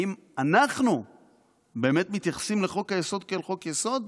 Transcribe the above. האם אנחנו באמת מתייחסים לחוק-היסוד כאל חוק-יסוד?